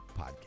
podcast